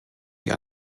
die